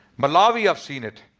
malawi, i have seen it.